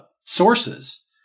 sources